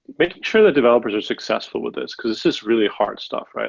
making sure that developers are successful with this, because this really hard stuff.